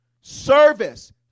service